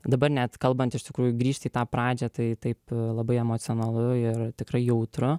dabar net kalbant iš tikrųjų grįžti į tą pradžią tai taip labai emocionalu ir tikrai jautru